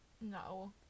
No